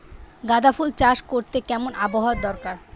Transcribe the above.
গাঁদাফুল চাষ করতে কেমন আবহাওয়া দরকার?